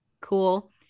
cool